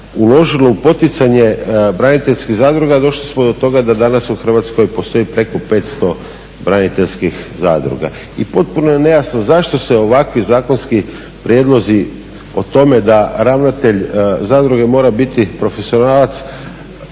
uložilo u poticanje braniteljskih zadruga došli smo do toga da danas u Hrvatskoj postoji preko 500 braniteljski zadruga. I potpuno je nejasno zašto se ovakvi zakonski prijedlozi o tome da ravnatelj zadruge mora biti profesionalac